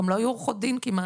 גם לא היו עורכות דין כמעט.